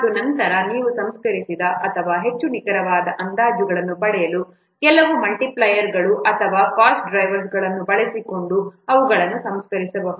ಮತ್ತು ನಂತರ ನೀವು ಸಂಸ್ಕರಿಸಿದ ಅಥವಾ ಹೆಚ್ಚು ನಿಖರವಾದ ಅಂದಾಜುಗಳನ್ನು ಪಡೆಯಲು ಕೆಲವು ಮಲ್ಟಿಪ್ಲಿಯರ್ಗಳು ಅಥವಾ ಕಾಸ್ಟ್ ಡ್ರೈವರ್ಗಳನ್ನು ಬಳಸಿಕೊಂಡು ಅವುಗಳನ್ನು ಸಂಸ್ಕರಿಸಬಹುದು